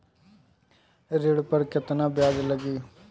ऋण पर केतना ब्याज लगी?